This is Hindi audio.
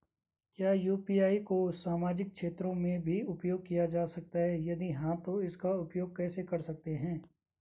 क्या यु.पी.आई को सामाजिक क्षेत्र में भी उपयोग किया जा सकता है यदि हाँ तो इसका उपयोग कैसे कर सकते हैं?